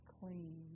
clean